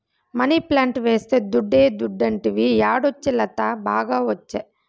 money plant వేస్తే దుడ్డే దుడ్డంటివి యాడొచ్చే లత, బాగా ఒచ్చే